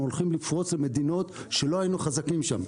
אנחנו הולכים לפרוץ למדינות שלא היינו חזקים שם.